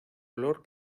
olor